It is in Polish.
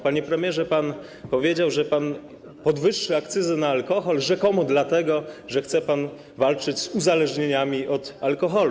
Panie premierze, pan powiedział, że pan podwyższy akcyzę na alkohol rzekomo dlatego, że chce pan walczyć z uzależnieniami od alkoholu.